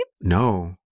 No